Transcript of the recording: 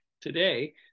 today